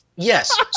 Yes